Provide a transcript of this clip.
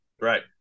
right